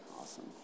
Awesome